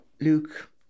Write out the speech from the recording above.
Luke